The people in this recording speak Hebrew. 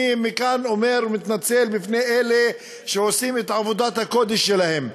אני מכאן מתנצל בפני אלה שעושים את עבודת הקודש שלהם,